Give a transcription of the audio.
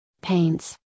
Paints